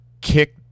kick